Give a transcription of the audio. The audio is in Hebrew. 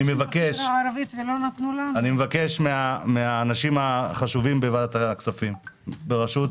אני מבקש מהאנשים החשובים בוועדת הכספים בראשות